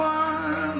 one